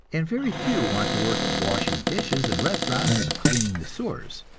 and very few want to work at washing dishes in restaurants and cleaning the sewers.